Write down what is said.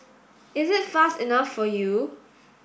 is it fast enough for you